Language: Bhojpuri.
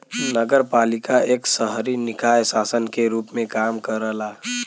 नगरपालिका एक शहरी निकाय शासन के रूप में काम करला